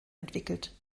entwickelt